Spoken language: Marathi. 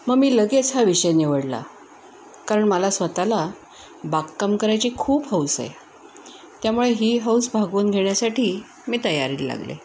मग मी लगेच हा विषय निवडला कारण मला स्वत ला बागकाम करायची खूप हौस आहे त्यामुळे ही हौस भागवून घेण्यासाठी मी तयारीला लागले